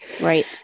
Right